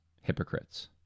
hypocrites